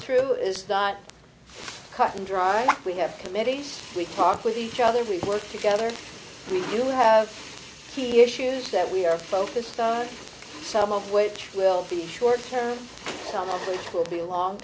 through is not cut and dry we have committees we talk with each other we work together we do have he issues that we are focused on some of which will be short term will be long